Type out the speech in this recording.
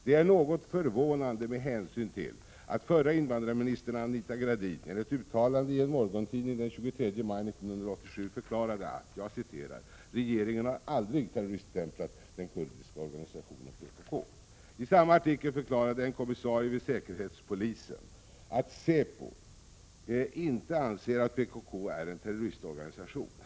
Detta är något förvånande med hänsyn till att förra invandrarministern Anita Gradin enligt uttalande i en morgontidning den 23 maj 1987 förklarade att ”regeringen har aldrig terroriststämplat den kurdiska organisationen FE I samma artikel förklarade en kommissarie vid säkerhetspolisen ”att säpo inte anser att PKK är en terroristorganisation”.